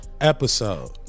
episode